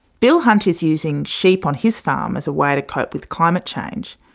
bill hunt is using sheep on his farm as a way to cope with climate change,